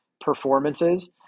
performances